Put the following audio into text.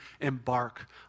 embark